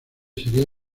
sería